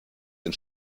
den